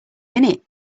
minute